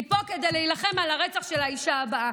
היא פה כדי להילחם על הרצח של האישה הבאה.